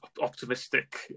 optimistic